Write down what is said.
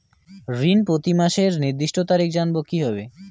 ঋণ প্রতিমাসের নির্দিষ্ট তারিখ জানবো কিভাবে?